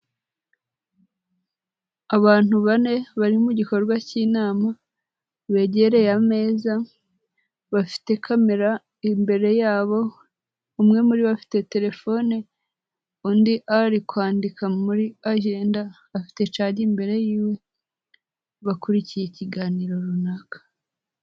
Abantu bane bari mu gikorwa cy'inama, begereye ameza, bafite kamera imbere yabo, umwe muri bo bafite telefone, undi arikwandika muri ajende, afite cagi imbere yiwe, bakurikiye ikiganiro runaka.